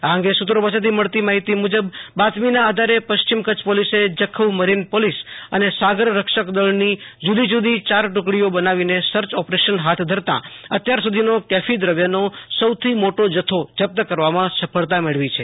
આ અંગે સુ ત્રો પાસેથી મળતી માહિતી મુજબ બાતમીના આધારે પશ્ચિમ કચ્છ પોલીસે જખૌ મરીન પોલીસ અને સાગર રક્ષક દળની જુદી જુદી ચાર ટુકડીઓ બનાવીને સર્ચ ઓપરેશન હાથ ધરતા અત્યાર સુ ધીનો કેફી દ્રવ્યનો સૌથી મોટો જથ્થો જપ્ત કરવામાં સફળતા મેળવી છે